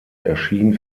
erschien